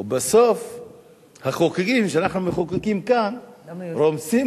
ובסוף החוקים שאנחנו מחוקקים כאן רומסים